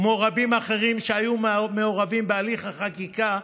כמו רבים אחרים שהיו מעורבים בהליך החקיקה,